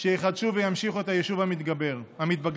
שיחדשו וימשיכו את היישוב המתבגר.